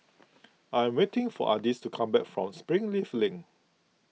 I am waiting for Ardis to come back from Springleaf Link